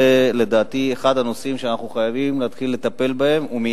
זה לדעתי אחד הנושאים שאנחנו חייבים להתחיל לטפל בהם פה,